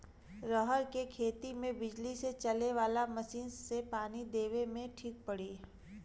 रहर के खेती मे बिजली से चले वाला मसीन से पानी देवे मे ठीक पड़ी?